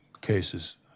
cases